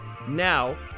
now